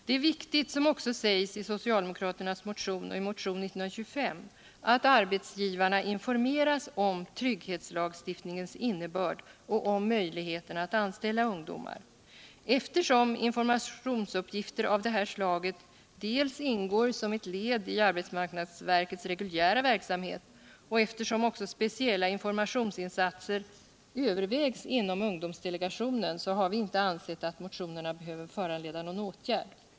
Det är viktigt, som också sägs i socialdemokraternas motion och'i motionen 19235, att arbetsgivarna informeras om trygghetslagstiftningens innebörd och om möjligheterna att anställa ungdomar. Eftersom informationsuppgifter av det här slaget ingår som ett led i arbetsmarknadsverkets reguljära verksamhet och speciella informationsinsatser dessutom övervägs inom ungdomsdelegationen har vi inte ansett att motionerna behöver föranleda någon åtgärd.